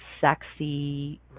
sexy